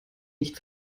nicht